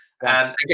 again